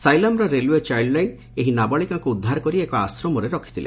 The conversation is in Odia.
ସାଇଲାମର ରେଲୱେ ଚାଇଲ୍ଟଲାଇନ୍ ଏହି ନାବାଳିକାଙ୍କୁ ଉଦ୍ଧାର କରି ଏକ ଆଶ୍ରମରେ ରଖିଥିଲେ